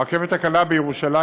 הרכבת הקלה בירושלים,